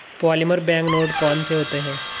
polymer bank note कौन से होते हैं